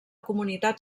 comunitat